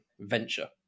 venture